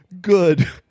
good